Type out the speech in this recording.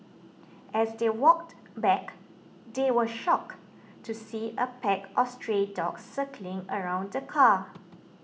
as they walked back they were shocked to see a pack of stray dogs circling around the car